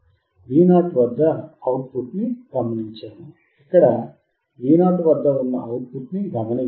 V0 వద్ద output గమనించాము ఇక్కడ V0 వద్ద ఉన్న అవుట్ పుట్ ని గమనించాలి